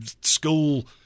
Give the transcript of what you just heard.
school